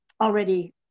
already